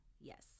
yes